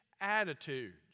attitudes